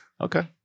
okay